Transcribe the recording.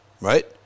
right